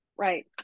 Right